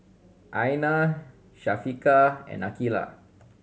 Aina Syafiqah and Aqilah